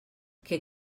que